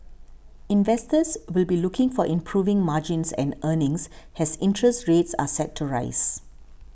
investors will be looking for improving margins and earnings has interest rates are set to rise